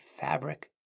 fabric